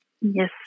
Yes